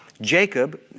Jacob